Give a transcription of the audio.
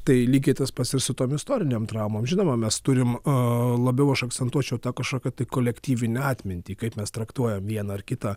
tai lygiai tas pats ir su tom istorinėm traumom žinoma mes turime o labiau aš akcentuočiau tą kažkokią kolektyvinę atmintį kaip mes traktuojam vieną ar kitą